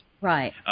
right